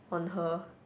on her